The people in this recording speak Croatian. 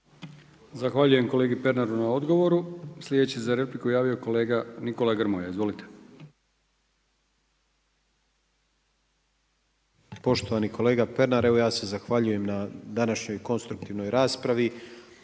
Zahvaljujem kolegi Pernaru na odgovor. Sljedeći za repliku javio kolega Nikola Grmoja. Izvolite. **Grmoja, Nikola (MOST)** Poštovani kolega Pernar, evo ja se zahvaljujem na današnjoj konstruktivnoj raspravi